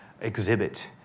exhibit